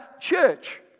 church